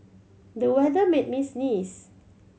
the weather made me sneeze